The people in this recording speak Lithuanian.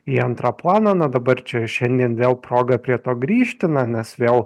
į antrą planą na dabar čia šiandien vėl proga prie to grįžti na nes vėl